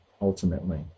ultimately